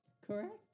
correct